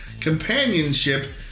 companionship